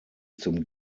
zum